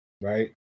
right